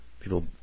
people